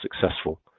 successful